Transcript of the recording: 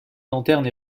lanterne